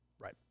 Right